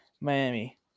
Miami